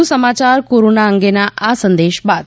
વધુ સમાચાર કોરોના અંગેના સંદેશ બાદ